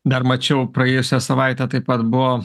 dar mačiau praėjusią savaitę taip pat buvo